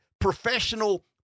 professional